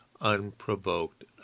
unprovoked